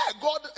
God